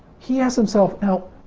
he asks himself now,